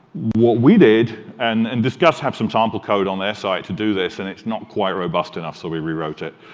what we did and and disqus has some sample code on their site to do this, and it's not quite robust enough, so we rewrote it